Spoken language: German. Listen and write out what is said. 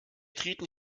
treten